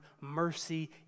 mercy